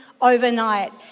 overnight